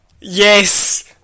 Yes